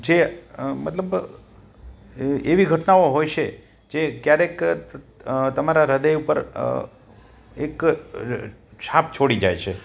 જે મતલબ એવી ઘટનાઓ હોય છે જે ક્યારેક તમારા હૃદય ઉપર એક છાપ છોડી જાય છે